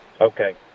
Okay